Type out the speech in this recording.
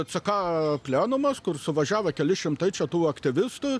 ck plenumas kur suvažiavo keli šimtai čia tų aktyvistų